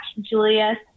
Julia